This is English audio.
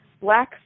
black